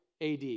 AD